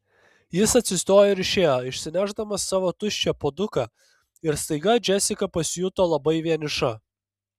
jis atsistojo ir išėjo išsinešdamas savo tuščią puoduką ir staiga džesika pasijuto labai vieniša